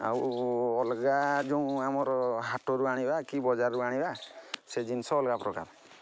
ଆଉ ଅଲଗା ଯେଉଁ ଆମର ହାଟରୁ ଆଣିବା କି ବଜାରରୁ ଆଣିବା ସେ ଜିନିଷ ଅଲଗା ପ୍ରକାର